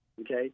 Okay